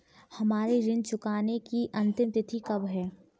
हमारी ऋण चुकाने की अंतिम तिथि कब है?